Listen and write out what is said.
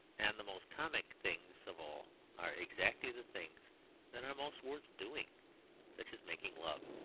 and the most comic things of all are exactly the things that are most worth doing such as making love.